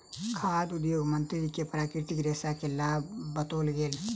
खाद्य उद्योग मंत्री के प्राकृतिक रेशा के लाभ बतौल गेल